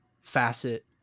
facet